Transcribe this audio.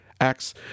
Acts